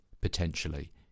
potentially